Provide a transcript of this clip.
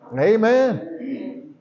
Amen